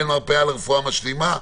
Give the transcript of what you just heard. מנהל מרפאה לרפואה משלימה,